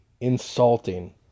insulting